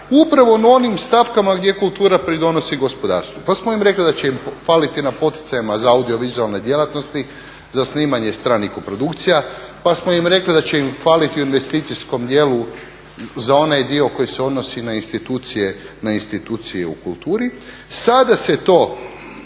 upravo na onim stavkama gdje kultura pridonosi gospodarstvu. Pa smo im rekli da će im faliti na poticajima za audiovizualne djelatnosti, za snimanje stranih koprodukcija, pa smo im rekli da će im faliti u investicijskom dijelu za onaj dio koji se odnosi na institucije u kulturi. Sada se to